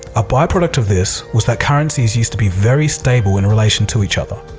a byproduct of this was that currencies used to be very stable in relation to each other.